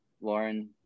Lauren